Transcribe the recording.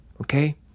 okay